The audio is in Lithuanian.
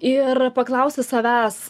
ir paklausti savęs